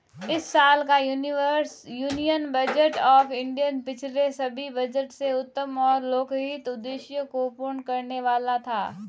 इस साल का यूनियन बजट ऑफ़ इंडिया पिछले सभी बजट से उत्तम और लोकहित उद्देश्य को पूर्ण करने वाला था